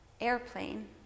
Airplane